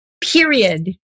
period